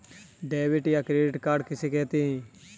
Debit या credit card किसे कहते हैं?